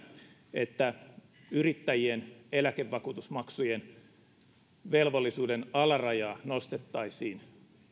että yrittäjien eläkevakuutusmaksuvelvollisuuden alarajaa nostettaisiin